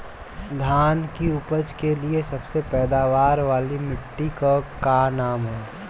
धान की उपज के लिए सबसे पैदावार वाली मिट्टी क का नाम ह?